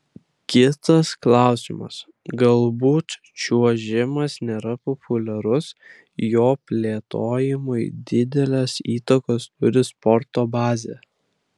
kitas klausimas galbūt čiuožimas nėra populiarus jo plėtojimui didelės įtakos turi sporto bazė